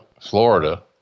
Florida